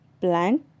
plant